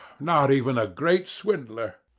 not even a great swindler!